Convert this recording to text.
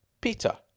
Peter